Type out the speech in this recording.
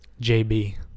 JB